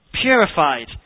purified